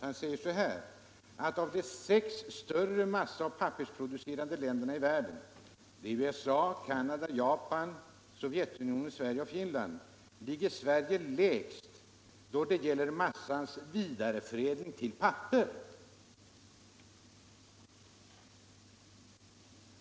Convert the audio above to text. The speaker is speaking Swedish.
Han skriver att av de sex större massaoch pappersproducerande länderna i världen — USA, Canada, Japan, Sovjetunionen, Sverige och Finland — ligger Sverige lägst då det gäller massans vidareförädling till papper.